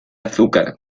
azúcar